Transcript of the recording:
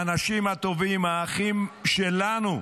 האנשים הטובים, האחים שלנו,